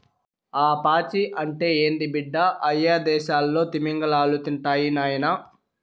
ఆ పాచి అంటే ఏంది బిడ్డ, అయ్యదేసాల్లో తిమింగలాలు తింటాయి నాయనా